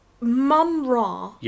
Mum-Ra